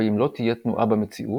באם לא תהיה תנועה במציאות,